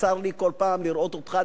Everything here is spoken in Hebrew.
וצר לי כל פעם לראות אותך,